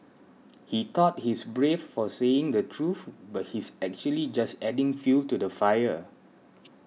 he thought he's brave for saying the truth but he's actually just adding fuel to the fire